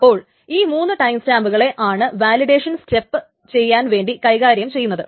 അപ്പോൾ ഈ മൂന്ന് ടൈം സ്റ്റാമ്പുകളെ ആണ് വാലിഡേഷൻ സെറ്റപ്പ് ചെയ്യാൻ വേണ്ടി കൈകാര്യം ചെയ്യുന്നത്